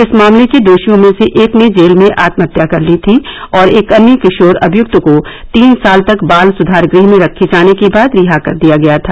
इस मामले के दोषियों में से एक ने जेल में आत्महत्या कर ली थी और एक अन्य किशोर अभियक्त को तीन साल तक बाल सुघार गृह में रखे जाने के बाद रिहा कर दिया गया था